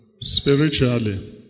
spiritually